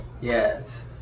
Yes